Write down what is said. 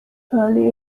early